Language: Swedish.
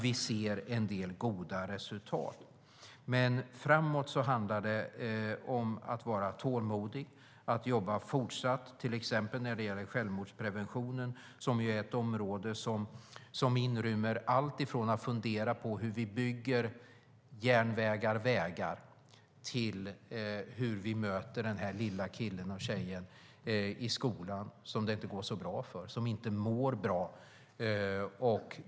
Vi ser en del goda resultat, men framöver handlar det om att vara tålmodig, att fortsätta att jobba när det gäller till exempel självmordsprevention, som ju är ett område som inrymmer allt ifrån att fundera på hur man bygger järnvägar och vägar till att möta den lilla killen och tjejen i skolan som det inte går så bra för och som inte mår bra.